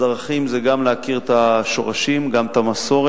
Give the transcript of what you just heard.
אז ערכים זה גם להכיר את השורשים, גם את המסורת,